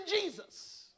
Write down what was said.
Jesus